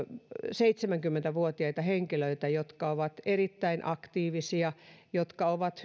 seitsemänkymmentä vuotiaita henkilöitä jotka ovat erittäin aktiivisia jotka ovat